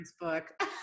book